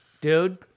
Dude